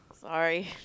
Sorry